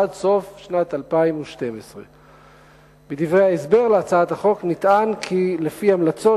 עד סוף שנת 2012. בדברי ההסבר להצעת החוק נטען כי לפי המלצות